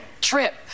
trip